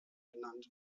genannt